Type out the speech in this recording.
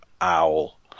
owl